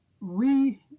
re